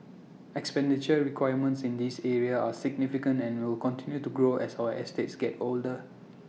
expenditure requirements in these areas are significant and will continue to grow as our estates get older